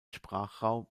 sprachraum